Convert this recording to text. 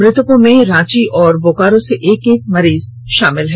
मृतकों में रांची और बोकारो से एक एक मरीज शामिल हैं